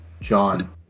John